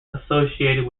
associated